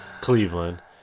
Cleveland